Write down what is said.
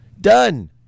Done